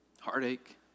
heartache